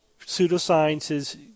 pseudosciences